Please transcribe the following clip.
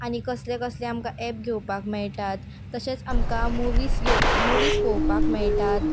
आनी कसले कसले आमकां एप घेवपाक मेयटात तशेंच आमकां मुवीस घेव मुवीस पोवपाक मेयटात